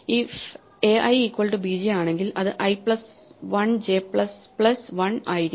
if ai equal to bj ആണെങ്കിൽ അത് I plus one J plus plus one ആയിരിക്കും